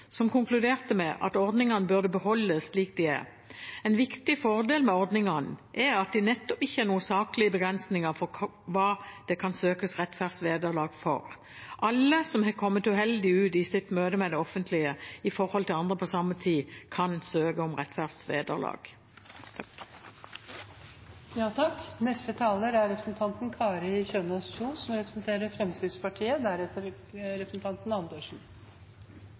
som konkluderte med at ordningene burde beholdes slik de er. En viktig fordel med ordningene er at det nettopp ikke er noen saklige begrensninger for hva det kan søkes rettferdsvederlag for. Alle som har kommet uheldig ut i sitt møte med det offentlige i forhold til andre på samme tid, kan søke om rettferdsvederlag. Forslagsstillerne viser til at det har vært flere eksempler på at innbyggere som